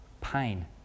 pain